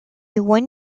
one